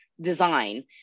design